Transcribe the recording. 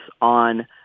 on